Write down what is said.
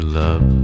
love